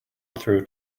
through